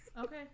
Okay